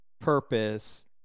purpose